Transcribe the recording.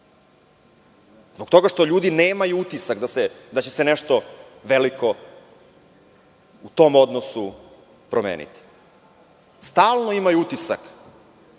Zbog toga što ljudi nemaju utisak da će se nešto veliko u tom odnosu promeniti. Stalno imaju utisak